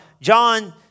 John